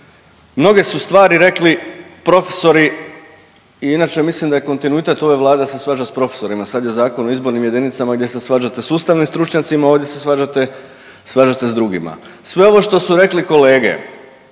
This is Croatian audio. Mnoge su stvari rekli profesori i inače mislim da je kontinuitet ove Vlade da se svađa s profesorima, sad je Zakon o izbornim jedinicama gdje se svađate s ustavnim stručnjacima, ovdje se svađate, svađate s drugima, sve ovo što su rekli kolege,